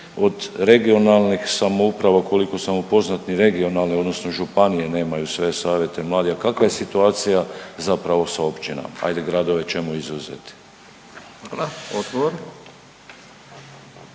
od regionalnih samouprava koliko sam upoznat ni regionalne odnosno županije nemaju sve savjete mladih, a kakva je situacija zapravo sa općinama? Hajde gradove ćemo izuzeti.